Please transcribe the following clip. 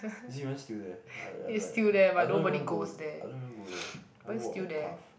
is it even still there I I was like I don't even go I don't even go there I don't walk that path